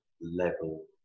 level